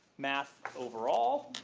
math overall,